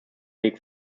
langen